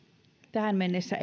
tähän mennessä